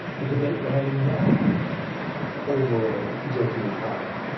the debate we are having now over executive power